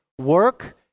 work